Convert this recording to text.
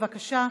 בבקשה,